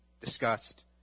discussed